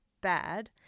bad